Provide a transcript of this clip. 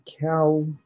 cow